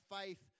faith